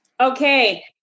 Okay